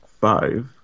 five